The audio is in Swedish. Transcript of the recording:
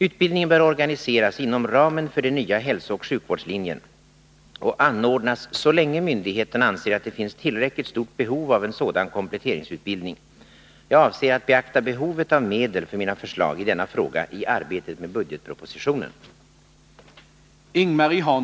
Utbildningen bör organiseras inom ramen för den nya hälsooch sjukvårdslinjen och anordnas så länge myndigheterna anser att det finns tillräckligt stort behov av en sådan kompletteringsutbildning. Jag avser att beakta behovet av medel för mina förslag i denna fråga i arbetet med budgetpropositionen.